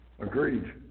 Agreed